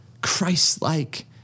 Christ-like